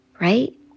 Right